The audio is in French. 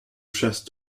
chasse